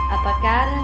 apagar